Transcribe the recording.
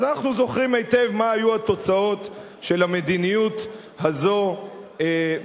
אז אנחנו זוכרים היטב מה היו התוצאות של המדיניות הזאת בעבר.